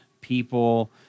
people